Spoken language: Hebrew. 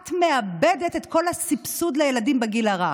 את מאבדת את כל הסבסוד לילדים בגיל הרך.